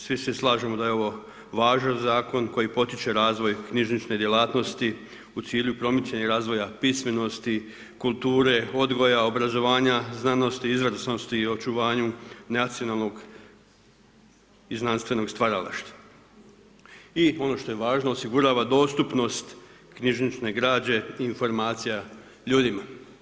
Svi se slažemo da je ovo važan zakon koji potiče razvoj knjižnične djelatnosti u cilju promicanja i razvoja pismenosti, kulture, odgoja, obrazovanja, znanosti, izvrsnosti i očuvanju nacionalnog i znanstvenog stvaralaštva i ono što je važno, osigurava dostupnost knjižnične građe informacija ljudima.